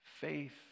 faith